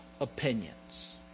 opinions